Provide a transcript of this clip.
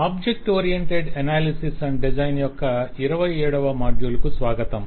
object oriented analysis మరియు design యొక్క 27 వ మాడ్యూల్ కు స్వాగతం